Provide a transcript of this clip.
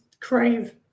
crave